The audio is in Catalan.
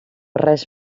res